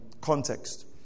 context